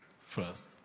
first